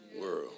world